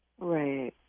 Right